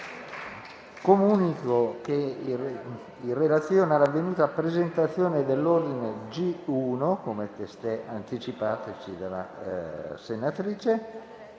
Comunico che, in relazione alla avvenuta presentazione dell'ordine del giorno G1, come testé anticipato dalla senatrice